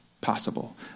possible